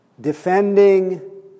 defending